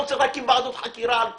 לא צריך להקים ועדות חקירה על כלום.